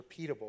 repeatable